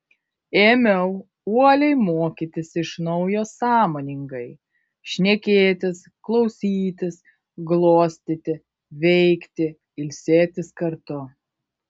ėmiau uoliai mokytis iš naujo sąmoningai šnekėtis klausytis glostyti veikti ilsėtis kartu